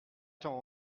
temps